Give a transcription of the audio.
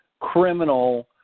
criminal